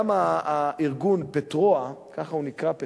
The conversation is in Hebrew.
גם הארגון "פטרואה" ככה הוא נקרא, "פטרואה"